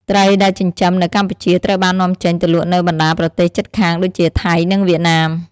ត្រីដែលចិញ្ចឹមនៅកម្ពុជាត្រូវបាននាំចេញទៅលក់នៅបណ្តាប្រទេសជិតខាងដូចជា ថៃ និងវៀតណាម។